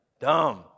dumb